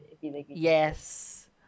Yes